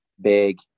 big